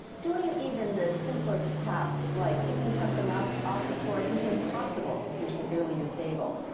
doing even the simplest tasks like picking something up off the floor can be impossible if you're severely disabled.